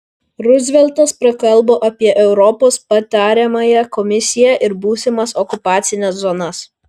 ruzveltas prakalbo apie europos patariamąją komisiją ir būsimas okupacines zonas